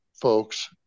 folks